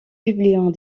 publiant